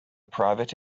private